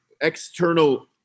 external